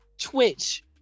Twitch